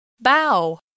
bow